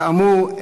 כאמור,